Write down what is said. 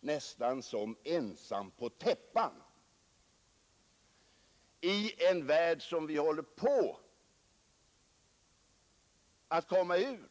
nästan som ensam på täppan, i en värld som vi håller på att komma ur.